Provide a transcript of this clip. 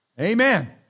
Amen